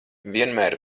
vienmēr